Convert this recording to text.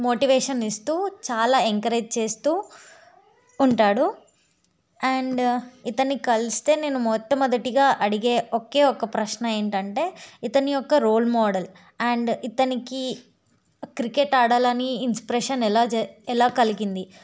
motivation ఇస్తు చాలా encourage చేస్తు ఉంటాడు అండ్ ఇతని కలిస్తే నేను మొట్టమొదటిగా అడిగే ఒకే ఒక ప్రశ్న ఏంటంటే ఇతని యొక్క రోల్ మోడల్ అండ్ ఇతనికి క్రికెట్ ఆడాలని ఇన్స్పిరేషన్ ఎలా ఎలా కలిగింది